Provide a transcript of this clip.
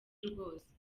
rwose